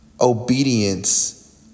obedience